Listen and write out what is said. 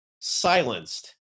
silenced